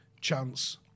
chance